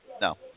No